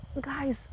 guys